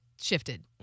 shifted